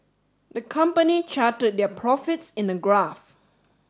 the company charted their profits in a graph